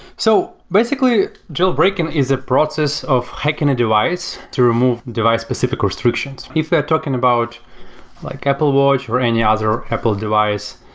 so basically, jailbreaking is a process of hacking a device through device specific restrictions. if we're talking about like apple watch or any other apple device,